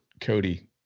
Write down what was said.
cody